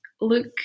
look